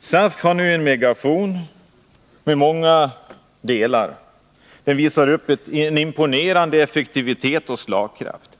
SAF har nu i många avseenden en megafon som visar upp en imponerande effektivitet och slagkraft.